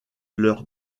leurs